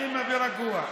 אני מה זה רגוע.